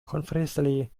conversely